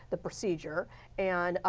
the procedure. and,